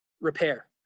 repair